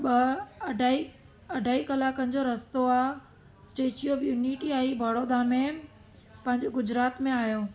ॿ अढ़ाई अढ़ाई कलाकनि जो रस्तो आहे स्टेचू ऑफ यूनिटी आई वडोदड़ा में पंहिंजो गुजरात में आयो